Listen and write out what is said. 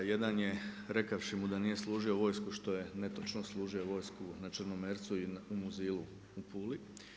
Jedan je rekavši mu da nije služio vojsku, što je netočno, služio je vojsku na Črnomercu i u Muzilu u Puli.